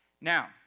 now